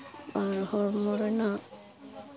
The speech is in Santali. ᱟᱨ ᱦᱚᱲᱢᱚ ᱨᱮᱱᱟᱜ